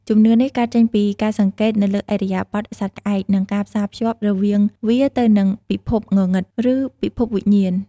ជំនឿនេះកើតចេញពីការសង្កេតទៅលើឥរិយាបថសត្វក្អែក និងការផ្សារភ្ជាប់របស់វាទៅនឹងពិភពងងឹត ឬពិភពវិញ្ញាណ